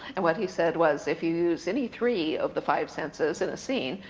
and what he said was, if you use any three of the five senses in a scene,